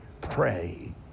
Pray